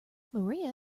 maria